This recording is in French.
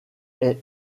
est